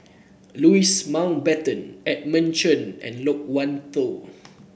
Louis Mountbatten Edmund Chen and Loke Wan Tho